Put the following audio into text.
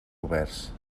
oberts